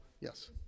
Yes